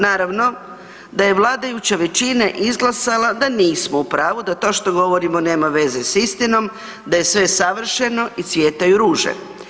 Naravno, da je vladajuća većina izglasala da nismo u pravu, da to što govorimo nema veze s istinom, da je sve savršeno i cvjetaju ruže.